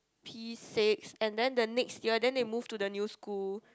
P-six and then the next year then they move to the new school